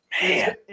Man